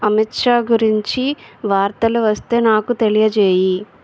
అమిత్షా గురించి వార్తలు వస్తే నాకు తెలియజేయి